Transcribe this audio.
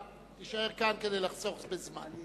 הישאר כאן וימנו את קולך, כי